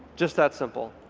just that simple.